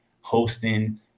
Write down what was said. hosting